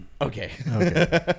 Okay